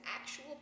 actual